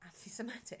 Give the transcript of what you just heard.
anti-Semitic